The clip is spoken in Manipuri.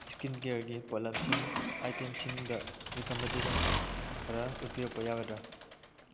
ꯏꯁꯀꯤꯟ ꯀꯤꯌꯔꯒꯤ ꯄꯣꯠꯂꯝꯁꯤꯡ ꯑꯥꯏꯇꯦꯝꯁꯤꯡꯗ ꯔꯤꯀꯃꯦꯟꯗꯦꯁꯟ ꯈꯔ ꯎꯠꯄꯤꯔꯛꯄ ꯌꯥꯒꯗ꯭ꯔꯥ